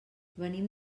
venim